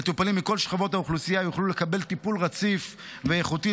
מטופלים מכל שכבות האוכלוסייה יוכלו לקבל טיפול רציף ואיכותי,